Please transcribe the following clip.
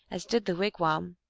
as did the wigwam.